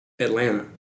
Atlanta